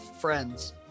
friends